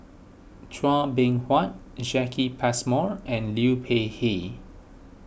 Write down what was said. Chua Beng Huat Jacki Passmore and Liu Peihe